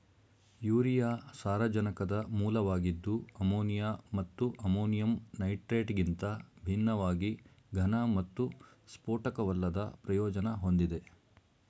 urea ಸಾರಜನಕದ ಮೂಲವಾಗಿದ್ದು ammonia ಮತ್ತು ಅಮೋನಿಯಂ ನೈಟ್ರೇಟ್ಗಿಂತ ಭಿನ್ನವಾಗಿ ಘನ ಮತ್ತು ಸ್ಫೋಟಕವಲ್ಲದ ಪ್ರಯೋಜನ ಹೊಂದಿದೆ